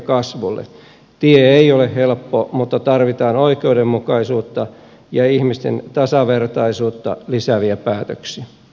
tie ei ole helppo mutta tarvitaan oikeudenmukaisuutta ja ihmisten tasavertaisuutta lisääviä päätöksiä